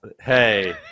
Hey